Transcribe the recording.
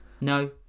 No